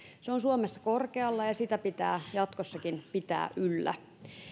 se on suomessa korkealla ja sitä pitää jatkossakin pitää yllä